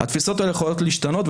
התפיסות האלה יכולות להשתנות,